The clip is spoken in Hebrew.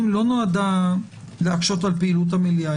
לא נועדה להקשות על פעילות המליאה.